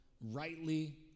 rightly